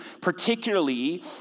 particularly